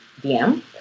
DM